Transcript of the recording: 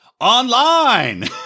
online